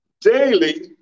Daily